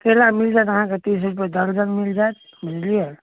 केला मिल जाएत अहाँके तीस रुपए दर्जन मिल जाएत बुझलियै